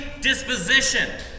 disposition